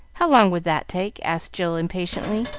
how long would that take? asked jill impatiently.